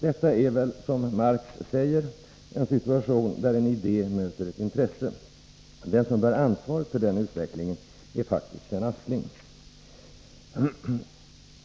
Detta är väl, som Marx säger, en situation där en idé möter ett intresse. Den som bär ansvaret för den utvecklingen är faktiskt Sven Aspling.